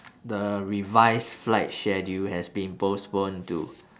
the revised flight schedule has been postponed to